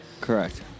Correct